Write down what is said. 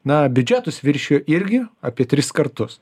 na biudžetus viršijo irgi apie tris kartus